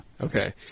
Okay